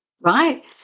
right